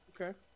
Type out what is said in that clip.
Okay